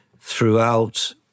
throughout